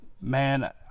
man